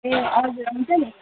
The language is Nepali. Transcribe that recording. ए हजुर हुन्छ नि